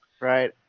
Right